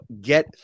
get